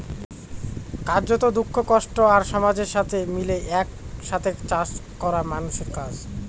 কার্যত, দুঃখ, কষ্ট আর সমাজের সাথে মিলে এক সাথে চাষ করা মানুষের কাজ